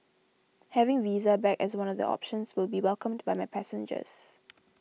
having Visa back as one of the options will be welcomed by my passengers